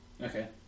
Okay